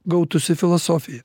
gautųsi filosofija